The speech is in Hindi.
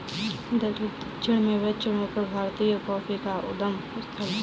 दक्षिण में वृक्षारोपण भारतीय कॉफी का उद्गम स्थल है